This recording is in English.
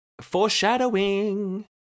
Foreshadowing